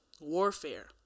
Warfare